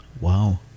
wow